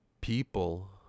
People